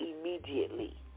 immediately